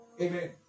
Amen